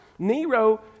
Nero